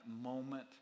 moment